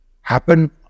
happen